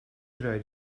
raid